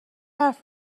حرف